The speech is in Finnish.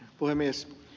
puhemies